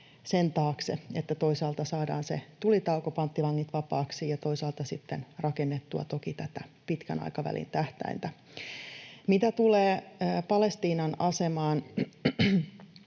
sen taakse, että toisaalta saadaan se tulitauko ja panttivangit vapaaksi ja toisaalta sitten rakennettua toki tätä pitkän aikavälin tähtäintä. Mitä tulee Palestiinan asemaan,